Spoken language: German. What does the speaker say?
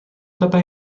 dabei